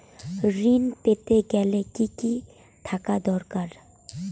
কৃষিঋণ পেতে গেলে কি কি থাকা দরকার?